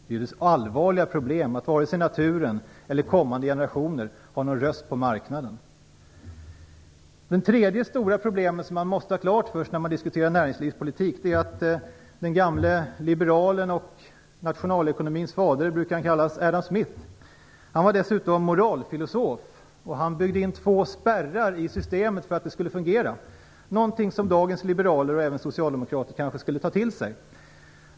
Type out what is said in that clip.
Det är allvarliga problem att varken naturen eller kommande generationer har någon röst på marknaden. Det finns ett tredje stort problem som man måste ha klart för sig när man diskuterar näringspolitik. Den gamle liberalen Adam Smith - nationalekonomins fader brukar han kallas - var dessutom moralfilosof. Han byggde in två spärrar i systemet för att det skulle fungera, någonting som dagens liberaler och även socialdemokrater kanske skulle ta till sig.